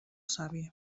savi